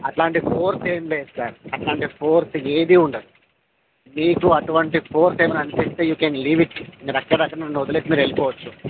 అట్లాంటి ఫోర్స్ ఏం లేదు సార్ అట్లాంటి ఫోర్స్ ఏదీ ఉండదు మీకు అటువంటి ఫోర్స్ ఏమైనా అనిపిస్తే యూ కెన్ లీవ్ ఇట్ మీరు అక్కడకక్కడే మీరు నన్ను వదిలేసి మీరెళ్ళిపోవచ్చు